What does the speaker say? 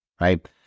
right